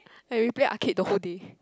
ya we play arcade the whole day